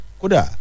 kuda